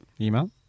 Email